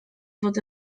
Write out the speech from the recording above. fod